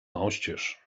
oścież